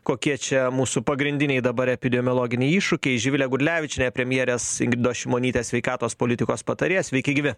kokie čia mūsų pagrindiniai dabar epidemiologiniai iššūkiai živilė gudlevičienė premjerės ingridos šimonytės sveikatos politikos patarėja sveiki gyvi